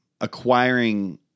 acquiring